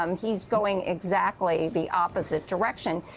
um he's going exactly the opposite direction.